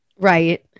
Right